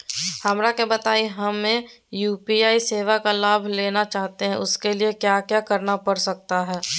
हमरा के बताइए हमें यू.पी.आई सेवा का लाभ लेना चाहते हैं उसके लिए क्या क्या करना पड़ सकता है?